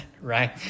right